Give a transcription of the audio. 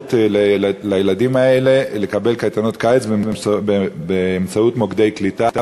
אפשרות לילדים האלה לקבל קייטנות קיץ באמצעות מוקדי קליטה וכדומה,